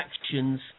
actions